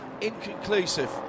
Inconclusive